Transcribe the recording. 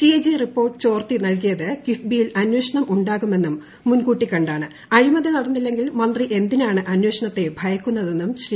CAG report ചോർത്തി നൽകിയത് ക്ടിഫ്ബ്ബിയിൽ അന്വേഷണം ഉണ്ടാകുമെന്നും മുൻകൂട്ടി കണ്ടാണ്ട് ആഴ്മതി നടന്നില്ലങ്കിൽ മന്ത്രി എന്തിനാണ് അന്വേഷണത്തെ ഭയ്ക്കുന്നതെന്നും ശ്രീ